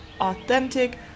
authentic